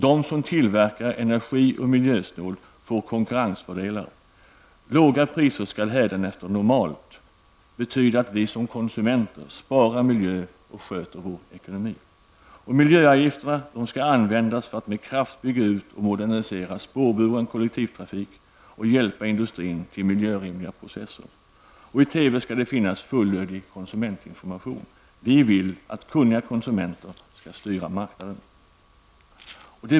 De som tillverkar energioch miljösnålt får konkurrensfördelar. Låga priser skall hädanefter normalt betyda att vi som konsumenter sparar miljö och sköter vår ekonomi. Miljöavgifterna skall användas så, att man med kraft kan bygga ut och modernisera spårbyggen kollektivtrafik och hjälpa industrin till att komma fram till miljörimliga processer. I TV skall det finnas en fullödig konsumentinformation. Vi vill att kunniga konsumenter skall styra marknaden.